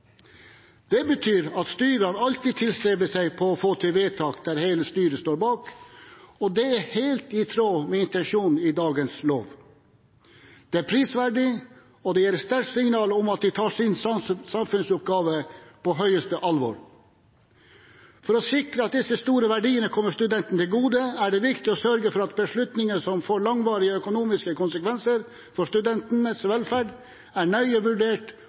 alltid tilstreber å få til vedtak der hele styret står bak, og det er helt i tråd med intensjonen i dagens lov. Det er prisverdig, og det er et sterkt signal om at de tar sin samfunnsoppgave på høyeste alvor. For å sikre at disse store verdiene kommer studentene til gode er det viktig å sørge for at beslutninger som får langvarige økonomiske konsekvenser for studentenes velferd, er nøye vurdert